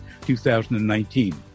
2019